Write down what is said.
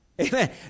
amen